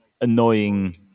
annoying